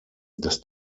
das